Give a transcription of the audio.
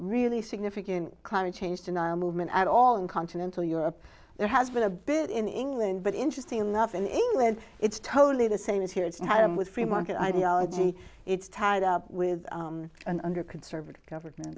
really significant climate change denial movement at all in continental europe there has been a bit in england but interesting enough in england it's totally the same as here it's an item with free market ideology it's tied up with an under conservative government